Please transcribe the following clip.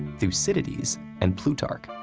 thucydides, and plutarch.